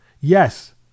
yes